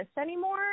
anymore